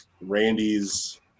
Randy's